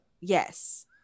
Yes